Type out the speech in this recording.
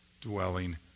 dwelling